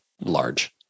large